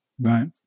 Right